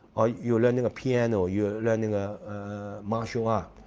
you learning a piano or you're learning a martial ah